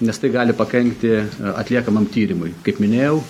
nes tai gali pakankti atliekamam tyrimui kaip minėjau